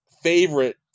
favorite